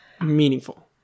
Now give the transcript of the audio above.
meaningful